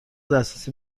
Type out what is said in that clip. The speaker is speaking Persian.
دسترسی